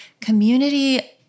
community